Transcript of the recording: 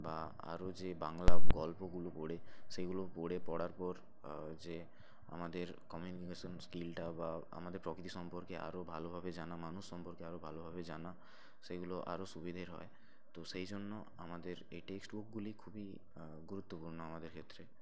বা আরও যে বাংলা গল্পগুলো পড়ে সেগুলো পড়ে পড়ার পর যে আমাদের কমিউনিকেশন স্কিলটা বা আমাদের প্রকৃতি সম্পর্কে আরও ভালোভাবে জানা মানুষ সম্পর্কে আরও ভালোভাবে জানা সেইগুলো আরও সুবিধের হয় তো সেই জন্য আমাদের এই টেক্সট বুকগুলি খুবই গুরুত্বপূর্ণ আমাদের ক্ষেত্রে